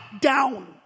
down